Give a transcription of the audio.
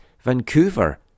Vancouver